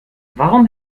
warum